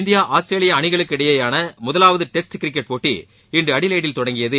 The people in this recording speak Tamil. இந்தியா ஆஸ்திரேலியா அணிகளுக்கு இடையேயான முதலாவது டெஸ்ட் கிரிக்கெட் போட்டி இன்று அடிலெப்டியில் தொடங்கியது